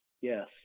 Yes